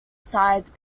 sides